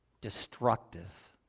destructive